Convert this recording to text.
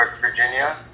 Virginia